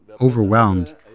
overwhelmed